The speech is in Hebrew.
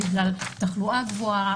בגלל תחלואה גבוהה,